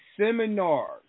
seminars